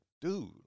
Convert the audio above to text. dude